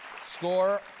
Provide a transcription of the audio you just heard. score